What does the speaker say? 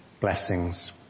blessings